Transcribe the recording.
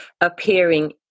appearing